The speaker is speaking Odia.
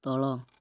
ତଳ